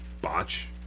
botch